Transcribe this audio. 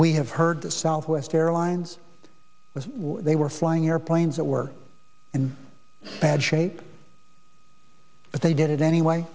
we have heard of southwest airlines was they were flying airplanes that were in bad shape but they did it anyway